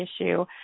issue